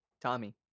Tommy